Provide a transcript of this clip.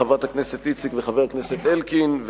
חברת הכנסת איציק וחבר הכנסת אלקין,